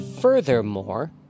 Furthermore